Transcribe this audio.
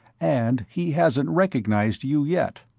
and he hasn't recognized you yet.